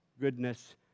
goodness